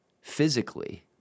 physically